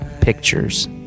pictures